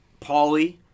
Pauly